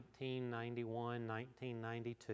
1991-1992